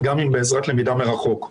גם אם בעזרת למידה מרחוק.